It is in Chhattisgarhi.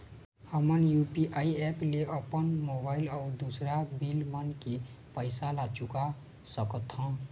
हमन यू.पी.आई एप ले अपन मोबाइल अऊ दूसर बिल मन के पैसा ला चुका सकथन